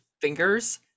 fingers